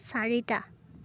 চাৰিটা